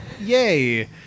Yay